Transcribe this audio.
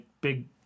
big